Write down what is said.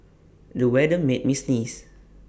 the weather made me sneeze